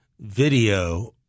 video